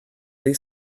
they